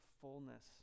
fullness